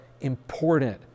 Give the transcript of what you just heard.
important